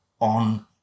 on